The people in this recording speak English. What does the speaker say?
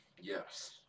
Yes